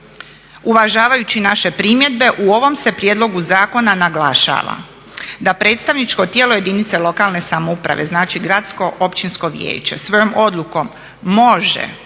Uvažavajući naše primjedbe u ovom se prijedlogu zakona naglašava da predstavničko tijelo jedinice lokalne samouprave, znači gradsko općinsko vijeće svojom odlukom može